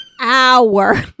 hour